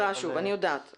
אני יודעת.